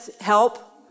help